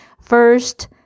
First